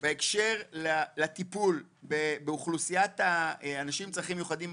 בהקשר לטיפול באוכלוסיית האנשים עם צרכים מיוחדים,